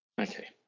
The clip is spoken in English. Okay